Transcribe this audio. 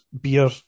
beer